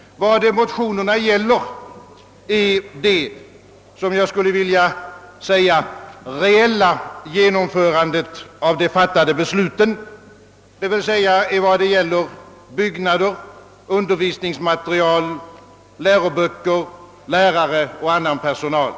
Vad motionärerna avsett är, vad jag skulle vilja kalla det reella genomförandet av fattade beslut, d. v. s. beträffande byggnader, undervisningsmateriel, läroböcker, lärare och annan personal.